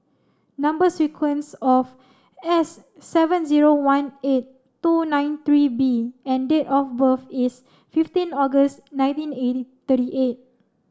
number sequence of S seven zero one eight two nine three B and date of birth is fifteen August nineteen eighty thirty eight